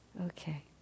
Okay